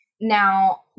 Now